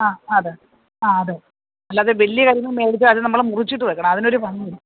ആ അതെ ആ അതെ അല്ലാതെ വലിയ കരിമീൻ മേടിച്ച് അത് നമ്മൾ മുറിച്ചിട്ട് വയ്ക്കണം അതിന് ഒരു ഭംഗിയില്ല